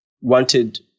wanted